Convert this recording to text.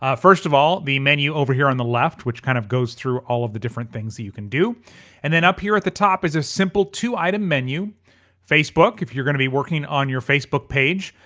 ah first of all, the menu over here on the left which kind of goes through all of the different things that you can do and then up here at the top is a simple two item menu facebook, if you're gonna be working on your facebook page,